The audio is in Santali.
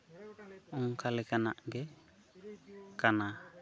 ᱚᱱᱠᱟ ᱞᱮᱠᱟᱱᱟᱜ ᱜᱮ ᱠᱟᱱᱟ